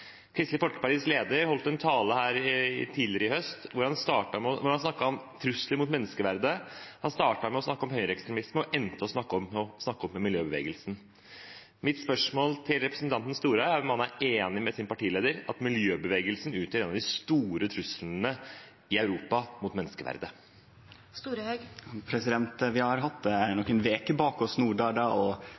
Kristelig Folkepartis leder holdt en tale tidligere i høst hvor han snakket om trusler mot menneskeverdet. Han startet med å snakke om høyreekstremisme og endte med å snakke om miljøbevegelsen. Mitt spørsmål til representanten Storehaug er om han er enig med sin partileder i at miljøbevegelsen utgjør en av de store truslene i Europa mot menneskeverdet. Vi har hatt nokre veker bak oss no der det